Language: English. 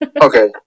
Okay